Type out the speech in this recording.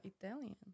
Italian